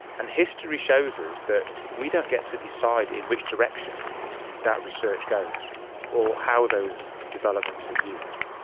and history shows us that we don't get to decide in which direction that research goes or how those developments are used.